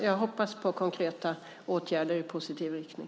Jag hoppas på konkreta åtgärder i positiv riktning.